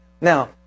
Now